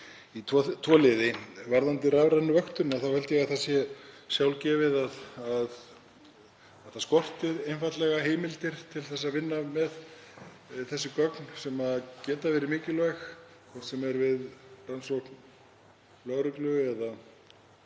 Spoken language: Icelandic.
í tvo liði. Varðandi rafrænu vöktunina þá held ég að það sé sjálfgefið að það skorti einfaldlega heimildir til að vinna með þessi gögn sem geta verið mikilvæg, hvort sem er við rannsókn lögreglu